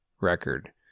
record